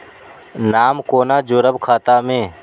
नाम कोना जोरब खाता मे